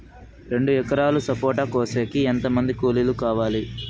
రెండు ఎకరాలు సపోట కోసేకి ఎంత మంది కూలీలు కావాలి?